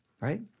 right